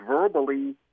verbally